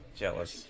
jealous